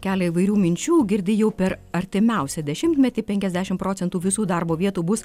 kelia įvairių minčių girdi jau per artimiausią dešimtmetį penkiasdešimt procentų visų darbo vietų bus